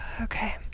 Okay